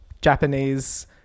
Japanese